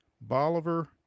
Bolivar